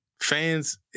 Fans